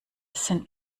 sind